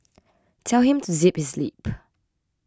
tell him to zip his lip